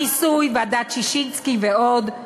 המיסוי, ועדת ששינסקי ועוד,